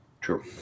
True